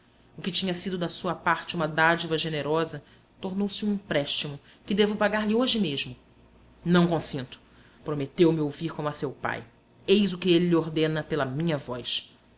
o que tinha sido da sua parte uma dádiva generosa tornou-se um empréstimo que devo pagar-lhe hoje mesmo não consinto prometeu me ouvir como a seu pai eis o que ele lhe ordena pela minha voz